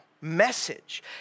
message